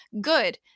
good